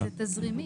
תקציבים.